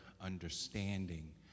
understanding